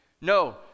no